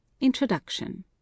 Introduction